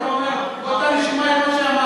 ואתה אומר באותה נשימה את מה שאמרת.